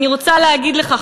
אני רוצה להגיד לך,